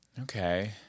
Okay